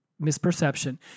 misperception